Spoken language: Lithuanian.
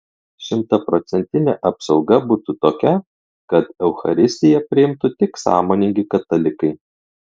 šimtaprocentinė apsauga būtų tokia kad eucharistiją priimtų tik sąmoningi katalikai